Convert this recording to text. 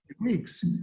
weeks